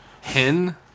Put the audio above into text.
Hen